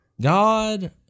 God